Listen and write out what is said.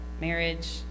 marriage